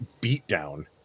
beatdown